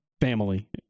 family